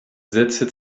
sätze